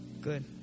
Good